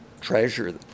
treasure